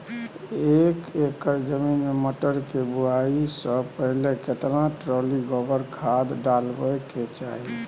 एक एकर जमीन में मटर के बुआई स पहिले केतना ट्रॉली गोबर खाद डालबै के चाही?